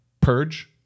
purge